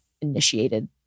initiated